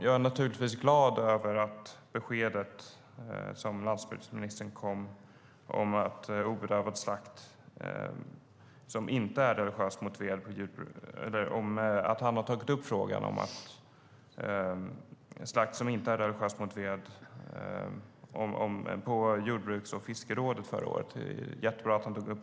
Jag är naturligtvis glad över det besked som landsbygdsministern ger om att han på jordbruks och fiskerådet förra året tog upp frågan om obedövad slakt som inte är religiöst motiverad.